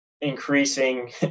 increasing